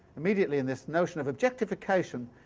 immediately in this notion of objectification.